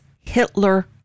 Hitler